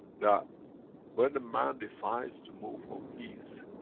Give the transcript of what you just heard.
that when the man decides to move for peace,